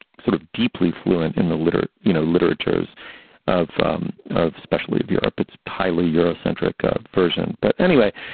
sort of deeply fluent in the literature, you know, literatures of um of especially of europe. it's highly eurocentric version. but anyway.